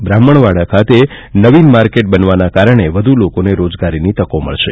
બ્રાહ્મણવાડા ખાતે નવીન માર્કેટ બનવાના કારણે વધુ લોકોને રોજગારીની તકો મળશે